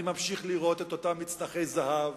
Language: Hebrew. אני ממשיך לראות את אותם "מצנחי זהב"